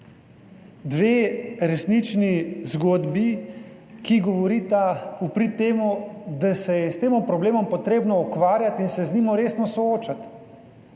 Dve resnični zgodbi, ki govorita v prid temu, da se je s tem problemom potrebno ukvarjati in se z njim resno soočiti